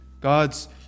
God's